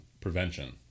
prevention